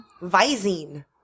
Visine